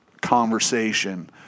conversation